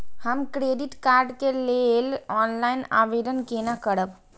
हम credit card के लेल ऑनलाइन आवेदन केना करब?